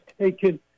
taken